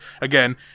again